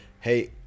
hey